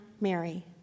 Mary